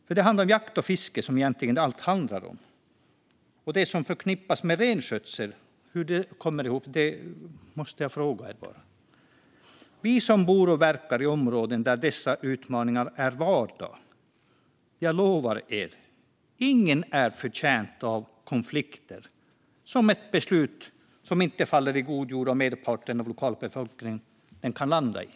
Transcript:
När det gäller jakt och fiske, som allt egentligen handlar om, måste jag fråga er om det är något som förknippas med renskötsel. När det gäller oss som bor och verkar i områden där dessa utmaningar är vardag lovar jag er att ingen är betjänt av konflikter, vilket ett beslut som inte faller i god jord hos merparten av lokalbefolkningen kan landa i.